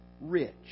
rich